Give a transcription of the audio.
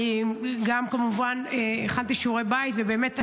אני גם כמובן הכנתי שיעורי בית, ובאמת ה-35,